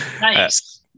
Nice